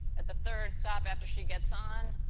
at the third stop, after she gets on,